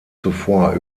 zuvor